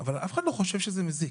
אבל אף אחד לא חושב שזה מזיק.